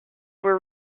were